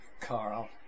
Carl